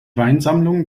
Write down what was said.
weinsammlung